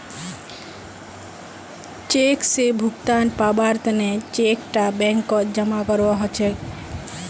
cheque स भुगतान पाबार तने चेक टा बैंकत जमा करवा हछेक